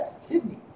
Sydney